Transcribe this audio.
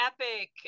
epic